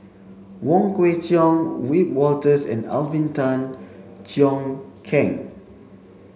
Wong Kwei Cheong Wiebe Wolters and Alvin Tan Cheong Kheng